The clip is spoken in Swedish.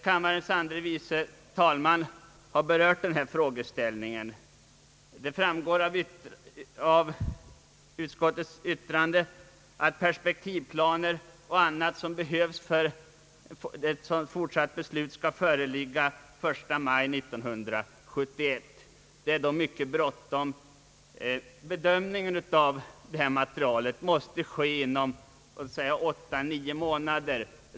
Kammarens andre vice talman har berört denna frågeställning. Det framgår av utskottets yttrande att perspektivplaner och annat underlag för ett sådant fortsatt beslut skall föreligga den 1 mars 1971. Det är då mycket bråttom. Bedömningen av detta material måste ske inom låt oss säga åtta—nio månader.